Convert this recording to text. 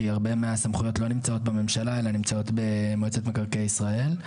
כי הרבה מהסמכויות לא נמצאות בממשלה אלא נמצאות במועצת מקרקעי ישראל.